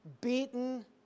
beaten